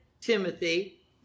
Timothy